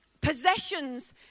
possessions